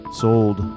sold